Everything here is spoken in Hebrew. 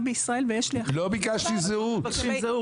בישראל ויש --- לא ביקשתי מספר זהות.